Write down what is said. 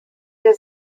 wir